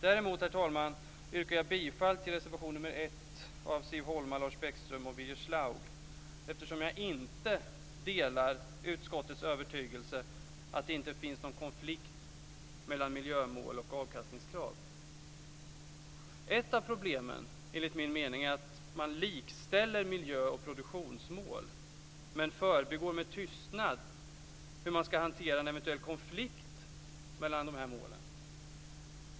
Däremot, herr talman, yrkar jag bifall till reservation nr 1 av Siv Holma, Lars Bäckström och Birger Schlaug, eftersom jag inte delar utskottets övertygelse om att det inte finns någon konflikt mellan miljömål och avkastningskrav. Ett av problemen, enligt min mening, är att man likställer miljö och produktionsmål men med tystnad förbigår hur man skall hantera en eventuell konflikt mellan de här målen.